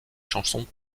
chansons